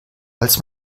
als